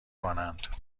مانند